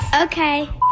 Okay